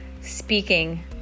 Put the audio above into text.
speaking